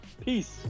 Peace